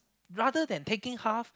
rather than taking half